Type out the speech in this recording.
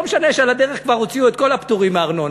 לא משנה שעל הדרך כבר הוציאו את כל הפטורים מארנונה,